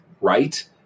right